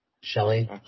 Shelly